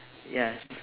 ya s~